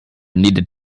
needed